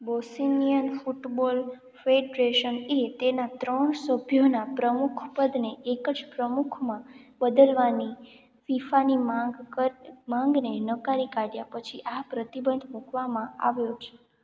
Bosnian football ફેડરેશને તેના ત્રણ સભ્યોના પ્રમુખપદને એક જ પ્રમુખમાં બદલવાની ફિફાની માગ ક માંગને નકારી કાઢ્યા પછી આ પ્રતિબંધ મૂકવામાં આવ્યો છે